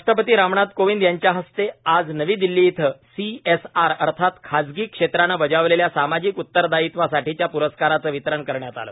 राष्टपती रामनाथ कोविंद यांच्या हस्ते आज नवी दिल्ली इथं सीएसआर अर्थात खासगी क्षेत्रानं बजावलेल्या सामाजिक उत्तरदायित्वासाठीच्या प्रस्कारांचं वितरण करण्यात आलं